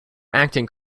acting